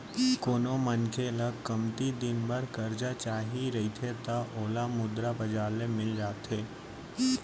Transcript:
कोनो मनखे ल कमती दिन बर करजा चाही रहिथे त ओला मुद्रा बजार ले मिल जाथे